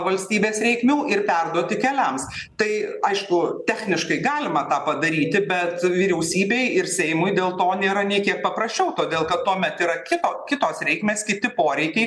valstybės reikmių ir perduoti keliams tai aišku techniškai galima tą padaryti bet vyriausybei ir seimui dėl to nėra nei kiek papraščiau todėl kad tuomet yra kito kitos reikmės kiti poreikiai